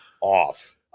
off